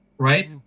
right